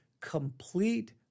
complete